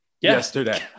yesterday